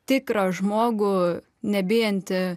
tikrą žmogų nebijantį